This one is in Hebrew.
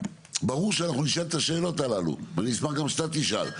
ברור שאנחנו נשאל את השאלות הללו ואני אשמח גם שאתה תשאל,